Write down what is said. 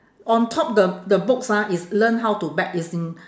on top the the books ah is learn how to bet it's in